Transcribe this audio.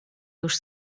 już